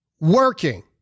working